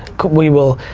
we will,